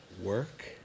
work